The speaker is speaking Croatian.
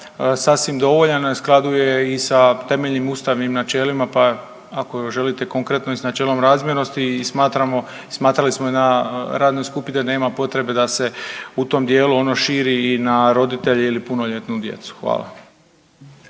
sasvim dovoljan, a u skladu je i sa temeljnim ustavnim načelima, pa ako želite konkretno i s načelom razmjernosti i smatramo i smatrali smo i na radnoj skupini da nema potrebe da se u tom dijelu ono širi i na roditelje ili punoljetnu djecu. Hvala.